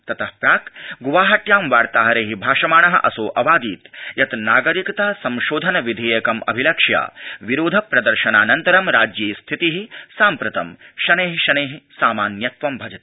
तत प्राक् गुवाहाट्यां वार्ताहरै भाषणाण असौ अवादीत् यत् नागरिकता संशोधन विधेयकमभिलक्ष्य विरोध प्रदर्शनानन्तरं राज्ये स्थिति साम्प्रतं शनै शनै सामान्यत्वं भजते